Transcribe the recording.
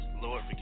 Lord